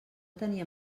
tenia